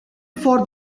for